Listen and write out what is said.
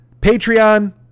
Patreon